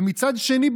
ומצד שני,